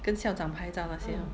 跟校长拍照那些